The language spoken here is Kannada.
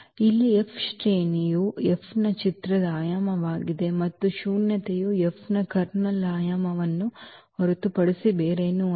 ಇಲ್ಲಿ F ಶ್ರೇಣಿಯು F ನ ಚಿತ್ರದ ಆಯಾಮವಾಗಿದೆ ಮತ್ತು ಶೂನ್ಯತೆಯು F ನ ಕರ್ನಲ್ನ ಆಯಾಮವನ್ನು ಹೊರತುಪಡಿಸಿ ಬೇರೇನೂ ಅಲ್ಲ